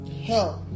help